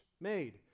made